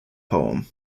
poem